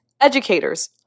Educators